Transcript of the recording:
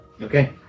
Okay